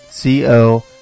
co